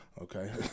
Okay